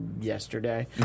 yesterday